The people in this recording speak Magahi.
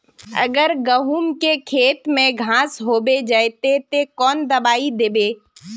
अगर गहुम के खेत में घांस होबे जयते ते कौन दबाई दबे?